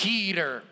Peter